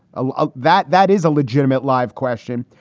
ah that that is a legitimate live question.